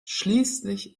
schließlich